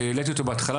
שהעליתי אותו בהתחלה,